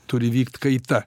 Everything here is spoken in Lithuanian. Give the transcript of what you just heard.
turi vykt kaita